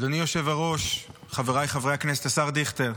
אדוני היושב-ראש, חבריי חברי הכנסת, השר דיכטר,